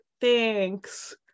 thanks